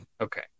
Okay